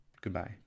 goodbye